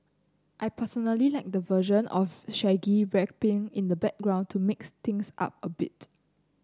I personally like the version of Shaggy rapping in the background to mix things up a bit